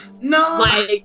No